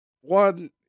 one